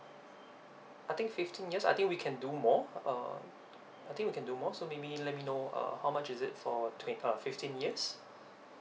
I think fifteen years I think we can do more uh I think we can do more so maybe let me know uh how much is it for twen~ uh fifteen years